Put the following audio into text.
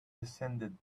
descended